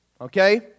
Okay